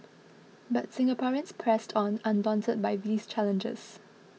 but Singaporeans pressed on undaunted by these challenges